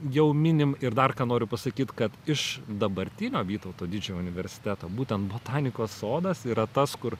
jau minim ir dar ką noriu pasakyt kad iš dabartinio vytauto didžiojo universiteto būtent botanikos sodas yra tas kur